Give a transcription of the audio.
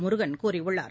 முருகன் கூறியுள்ளார்